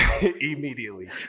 Immediately